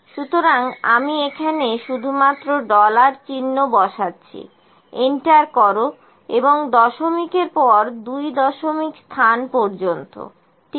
সুতরাং আমি এখানে শুধুমাত্র ডলার চিহ্ন বসাচ্ছি এন্টার করো এবং দশমিকের পর দুই দশমিক স্থান পর্যন্ত ঠিক আছে